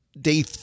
day